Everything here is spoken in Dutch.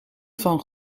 van